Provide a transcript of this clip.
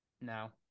No